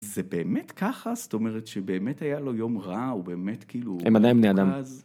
מה זה באמת ככה? זאת אומרת שבאמת היה לו יום רע, הוא באמת כאילו... הם עדיין בני אדם.